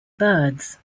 birds